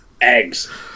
eggs